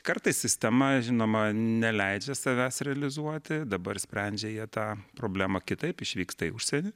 kartais sistema žinoma neleidžia savęs realizuoti dabar sprendžia jie tą problemą kitaip išvyksta į užsienį